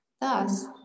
Thus